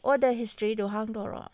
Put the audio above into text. order ꯍꯤꯁꯇ꯭ꯔꯤꯗꯨ ꯍꯥꯡꯗꯣꯔꯀꯑꯣ